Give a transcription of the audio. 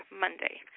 Monday